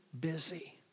busy